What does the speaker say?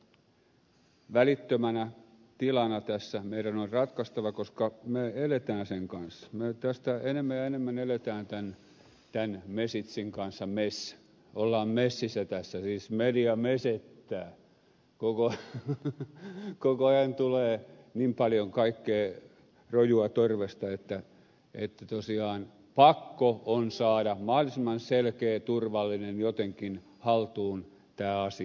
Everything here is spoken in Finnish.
eli välittömänä tilana tässä meidän on ratkaistava koska me elämme sen kanssa me enemmän ja enemmän elämme tämän messagen kanssa mess ollaan messissä tässä siis media mesettää koko ajan tulee niin paljon kaikkea rojua torvesta että tosiaan pakko on saada mahdollisimman selkeä ja turvallinen jotenkin haltuun tämä asia